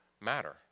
matter